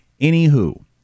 Anywho